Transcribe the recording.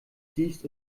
siehst